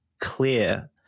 clear